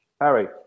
Harry